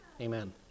Amen